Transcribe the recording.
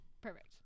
Perfect